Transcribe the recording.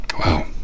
Wow